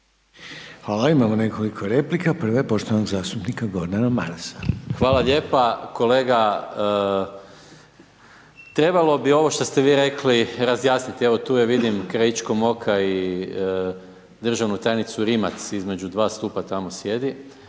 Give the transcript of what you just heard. Hvala. Imamo nekoliko replika, prva je poštovanog zastupnika Gordana Marasa. **Maras, Gordan (SDP)** Hvala lijepa, kolega trebalo bi ovo šta ste vi rekli razjasniti, evo tu je vidim krajičkom oka i državnu tajnicu Rimac između dva stupa tamo sjedi,